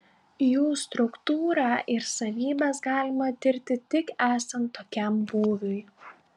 jų struktūrą ir savybes galima tirti tik esant tokiam būviui